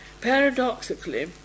Paradoxically